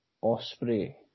Osprey